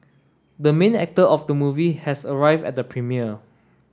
the main actor of the movie has arrived at the premiere